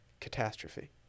Catastrophe